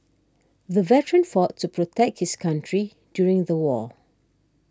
the veteran fought to protect his country during the war